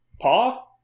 Paw